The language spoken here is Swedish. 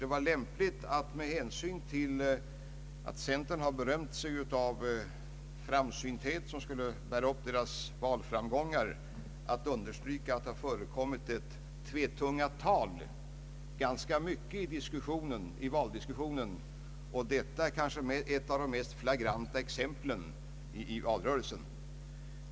Det var lämpligt att med hänsyn till att centern berömt sig av framsynthet som skulle bära upp dess valframgångar understryka, att det förekommit ganska mycket tvetungat tal i valdiskussionen. Detta var kanske ett av de mest flagranta exemplen från valrörelsen.